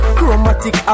Chromatic